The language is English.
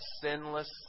sinless